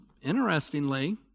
interestingly